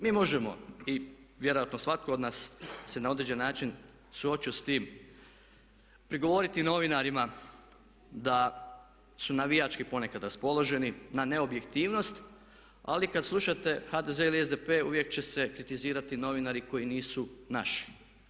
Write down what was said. Mi možemo, i vjerojatno svatko od nas se na određeni način suočio s tim, prigovoriti novinarima da su navijački ponekad raspoloženi, na neobjektivnost ali kad slušate HDZ ili SDP uvijek će se kritizirati novinari koji nisu "naši"